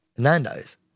Nando's